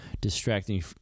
distracting